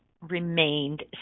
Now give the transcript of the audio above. remained